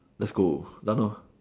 let's go done lor